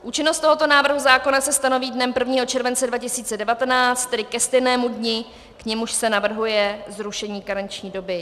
Účinnost tohoto návrhu zákona se stanoví dnem 1. července 2019, tedy ke stejnému dni, k němuž se navrhuje zrušení karenční doby.